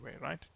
right